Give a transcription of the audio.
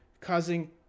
causing